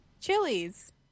Chilies